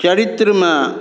चरित्रमे